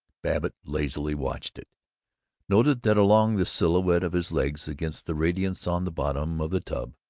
babbitt lazily watched it noted that along the silhouette of his legs against the radiance on the bottom of the tub,